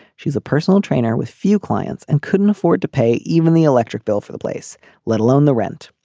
she's a personal trainer with few clients and couldn't afford to pay even the electric bill for the place let alone the rent.